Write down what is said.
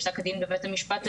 פסק הדין בבית המשפט העליון,